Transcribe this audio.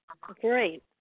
Great